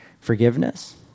forgiveness